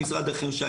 במשרד החינוך,